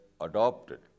adopted